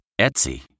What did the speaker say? Etsy